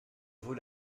vaut